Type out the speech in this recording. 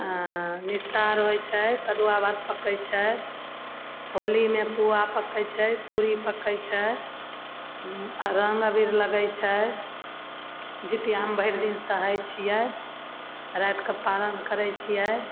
निस्तार होइ छै कदुआ भात पकय छै होलीमे पुआ पकइ छै पूरी पकइ छै आओर रङ्ग अबीर लगय छै जीतियामे भरि दिन सहय छियै रातिके पारन करय छियै